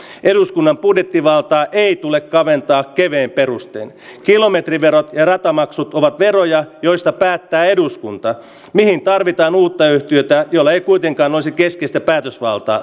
eduskunnan budjettivaltaa ei tule kaventaa kevein perustein kilometriverot ja ratamaksut ovat veroja joista päättää eduskunta mihin tarvitaan uutta yhtiötä jolla ei kuitenkaan olisi keskeistä päätösvaltaa